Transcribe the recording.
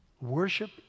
Worship